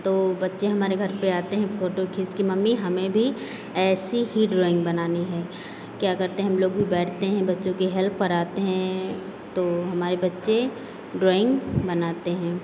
तो बच्चे हमारे घर पे आते हैं फोटो खींच के मम्मी हमें भी ऐसी ही ड्राइंग बनानी है क्या करते हैं हम लोग भी बैठते हैं बच्चों की हेल्प कराते हैं तो हमारे बच्चे ड्राइंग बनाते हैं